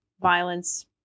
violence